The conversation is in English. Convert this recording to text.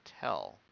tell